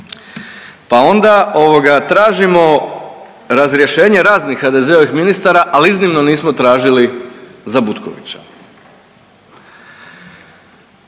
ovoga tražimo razrješenje raznih HDZ-ovih ministara, ali iznimno nismo tražili za Butkovića.